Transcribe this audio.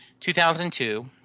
2002